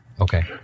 Okay